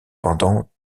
pendant